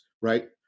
right